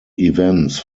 events